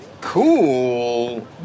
cool